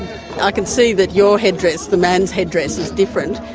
i can see that your headdress, the man's headdress, is different.